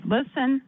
Listen